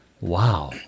wow